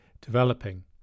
developing